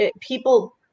people